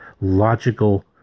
logical